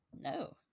no